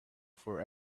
for